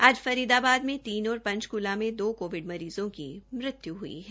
आज फरीदाबाद में तीन और पंचकूला में दो कोविड मरीजों की मृत्यु भी हुई है